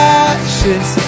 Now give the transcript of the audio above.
ashes